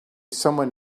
someone